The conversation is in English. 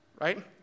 right